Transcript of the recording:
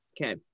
Okay